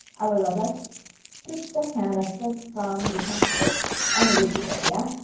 our robot took the sentences from the textbooks and wikipedia,